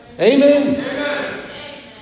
Amen